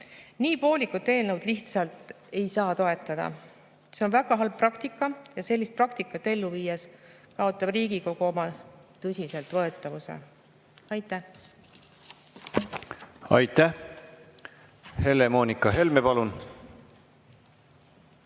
Nii poolikut eelnõu lihtsalt ei saa toetada. See on väga halb praktika ja sellist praktikat ellu viies kaotab Riigikogu oma tõsiseltvõetavuse. Aitäh! Aitäh! Helle-Moonika Helme, palun!